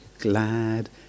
Glad